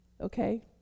Okay